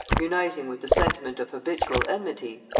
uniting with the sentiment of habitual enmity,